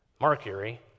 Mercury